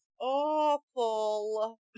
awful